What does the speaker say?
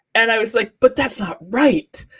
and i was, like but that's not right.